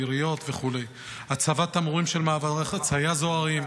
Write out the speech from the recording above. העיריות וכו' והצבת תמרורים של מעברי חצייה זוהרים.